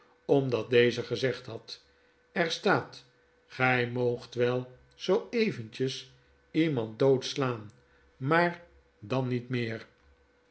omdat deze gezegd had er staat gg moogt wel zoo eventjes iemand doodslaan maar dan niet meer